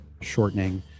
shortening